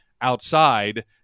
outside